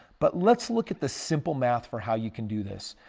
but let's look at the simple math for how you can do this.